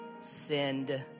Send